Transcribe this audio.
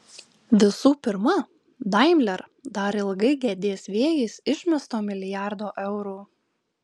visų pirma daimler dar ilgai gedės vėjais išmesto milijardo eurų